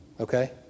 okay